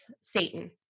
Satan